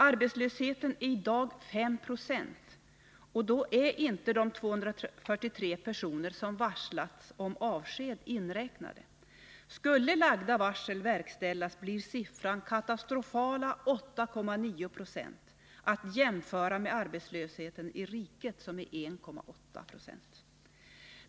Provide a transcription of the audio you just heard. Arbetslösheten är i dag 5 70, och då är inte de 243 personer som varslats om avsked inräknade. Skulle lagda varsel verkställas, uppgår arbetslösheten till katastrofala 8,9 20, att jämföra med arbetslösheten i riket som är 1,8 9.